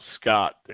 Scott